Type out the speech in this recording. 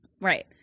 Right